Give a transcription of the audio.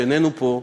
שאיננו פה,